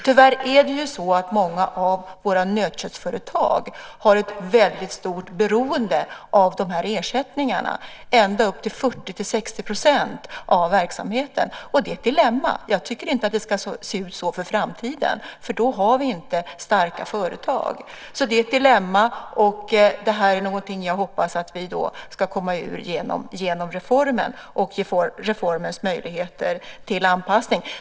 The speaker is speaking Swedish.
Tyvärr är det ju så att många av våra nötköttsföretag har ett väldigt stort beroende av de här ersättningarna, ända upp till 46-60 % av verksamheten. Det är ett dilemma. Jag tycker inte att det ska se ut så för framtiden, för då har vi inte starka företag. Det är ett dilemma, och det här är något som jag hoppas att vi ska komma ur genom reformen och reformens möjligheter till anpassning.